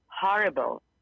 horrible